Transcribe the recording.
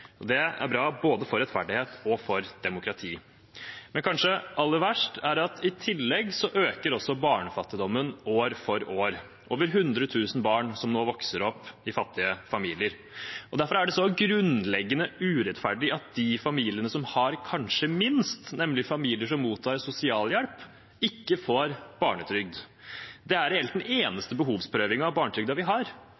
Det er bra både for rettferdighet og for demokrati. Kanskje aller verst er det at i tillegg øker barnefattigdommen år for år. Det er over 100 000 barn som nå vokser opp i en fattig familie. Derfor er det så grunnleggende urettferdig at de familiene som kanskje har minst, nemlig familier som mottar sosialhjelp, ikke får barnetrygd. Det er reelt sett den